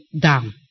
down